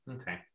okay